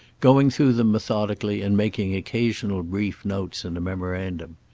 going through them methodically and making occasional brief notes in a memorandum.